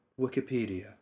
Wikipedia